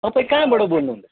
तपाईँ कहाँबाट बोल्नुहुँदैछ